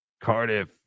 Cardiff